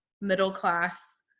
middle-class